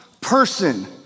person